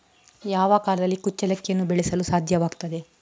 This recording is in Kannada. ಯಾವ ಕಾಲದಲ್ಲಿ ಕುಚ್ಚಲಕ್ಕಿಯನ್ನು ಬೆಳೆಸಲು ಸಾಧ್ಯವಾಗ್ತದೆ?